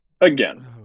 Again